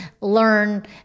learn